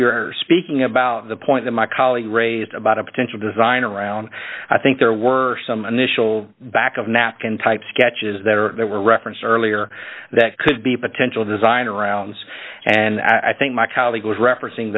you're speaking about the point that my colleague raised about a potential design around i think there were some initial back of napkin type sketches that are that were referenced earlier that could be potential design arounds and i think my colleague was referencing